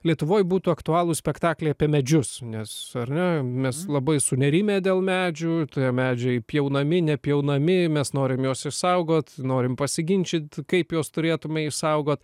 lietuvoj būtų aktualūs spektakliai apie medžius nes na mes labai sunerimę dėl medžių todėl medžiai pjaunami nepjaunami mes norim juos išsaugot norim pasiginčyt kaip juos turėtume išsaugot